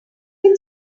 can